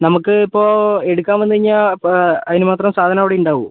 നമുക്ക് ഇപ്പോൾ എടുക്കാൻ വന്നു കഴിഞ്ഞാൽ ഇപ്പോൾ അതിനും മാത്രം സാധനം അവിടെ ഉണ്ടാകുമോ